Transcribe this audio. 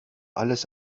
alles